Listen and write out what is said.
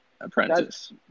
apprentice